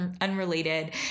unrelated